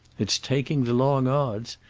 it's taking the long odds.